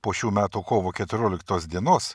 po šių metų kovo keturioliktos dienos